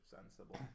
sensible